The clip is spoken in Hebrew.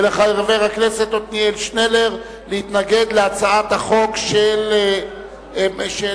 ולחבר הכנסת עתניאל שנלר להתנגד להצעת החוק של חבר